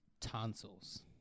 Tonsils